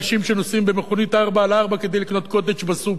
אנשים שנוסעים במכונית 4X4 כדי לקנות "קוטג'" בסופר,